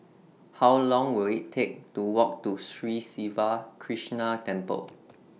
How Long Will IT Take to Walk to Sri Siva Krishna Temple